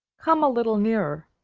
come a little nearer,